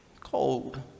cold